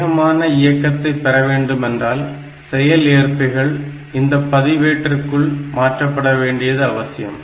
வேகமான இயக்கத்தை பெறவேண்டுமென்றால் செயல்ஏற்பிகள் இந்தப் பதிவு பதிவேட்டிற்குள் மாற்றப்பட வேண்டியது அவசியம்